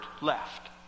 left